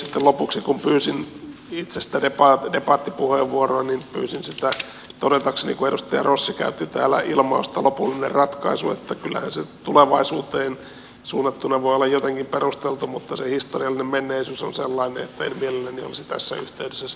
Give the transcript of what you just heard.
sitten lopuksi kun pyysin itse sitä debattipuheenvuoroa niin pyysin sitä todetakseni kun edustaja rossi käytti täällä ilmausta lopullinen ratkaisu että kyllähän se tulevaisuuteen suunnattuna voi olla jotenkin perusteltu mutta se historiallinen menneisyys on sellainen että en mielelläni olisi tässä yhteydessä sitä kuullut